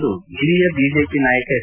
ಎಂದು ಹಿರಿಯ ಬಿಜೆಪಿ ನಾಯಕ ಎಸ್